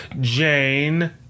Jane